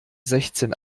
sechzehn